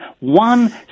one